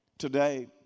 today